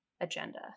agenda